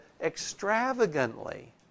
extravagantly